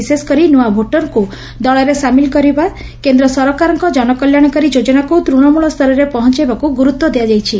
ବିଶେଷକରି ନ୍ତଆ ଭୋଟର୍ଙ୍ ଦଳରେ ସାମିଲ୍ କରିବ କେନ୍ଦ ସରକାରଙ୍କ ଜନକଲ୍ୟାଶକାରୀ ଯୋଜନାକୁ ତୃଶମୂଳ୍ତରରେ ପହଞାଇବାକୁ ଗୁରୁତ୍ୱ ଦିଆଯାଇଛି